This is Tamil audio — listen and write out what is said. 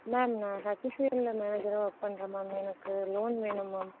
மேம் நான் ஹச்சிஎல்லில் மேனேஜராக ஒர்க் பண்ணுறேன் மேம் எனக்கு ஒரு லோன் வேணும் மேம்